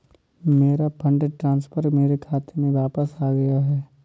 मेरा fund transfer मेरे खाते में वापस आ गया है